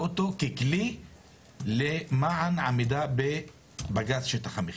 אותו ככלי למען עמידה בבג"צ שטח המחייה,